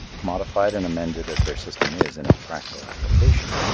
modified and amended as their system is in its practical application,